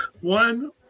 One